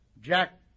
Jack